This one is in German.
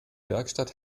werkstatt